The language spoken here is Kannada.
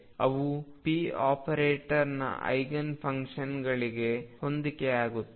ಅವು p ಆಪರೇಟರ್ನ ಐಗನ್ ಫಂಕ್ಷನ್ಗಳಿಗೆ ಹೊಂದಿಕೆಯಾಗುತ್ತವೆ